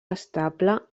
estable